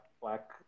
black